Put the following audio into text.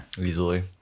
Easily